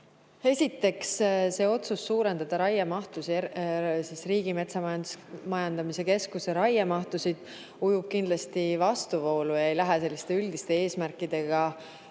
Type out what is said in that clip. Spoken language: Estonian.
Esiteks, see otsus suurendada Riigimetsa Majandamise Keskuse raiemahtusid ujub kindlasti vastuvoolu ega lähe selliste üldiste eesmärkidega